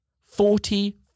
Forty